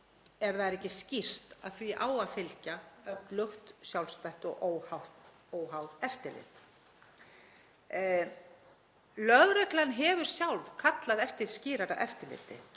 ef það er ekki skýrt að því eigi að fylgja öflugt, sjálfstætt og óháð eftirlit. Lögreglan hefur sjálf kallað eftir skýrara eftirliti.